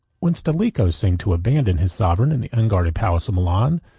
when stilicho seemed to abandon his sovereign in the unguarded palace of milan,